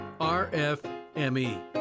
RFME